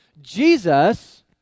Jesus